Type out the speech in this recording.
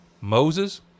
Moses